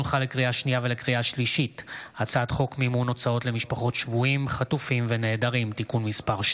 הצעת חוק זכויות הסטודנט (תיקון,